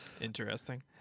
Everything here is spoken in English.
Interesting